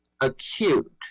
acute